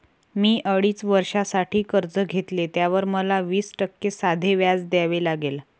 मी अडीच वर्षांसाठी कर्ज घेतले, त्यावर मला वीस टक्के साधे व्याज द्यावे लागले